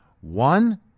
One